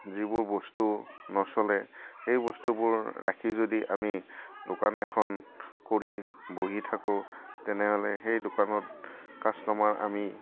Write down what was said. যিবোৰ বস্তু নচলে সেই বস্তুবোৰ ৰাখি যদি আমি দোকান এখন কৰি বহি থাকোঁ তেনেহ'লে সেই দোকানত কাষ্টমাৰ আমি